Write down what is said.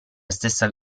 stessa